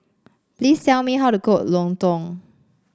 please tell me how to cook lontong